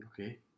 Okay